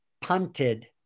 punted